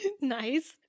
nice